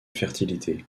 fertilité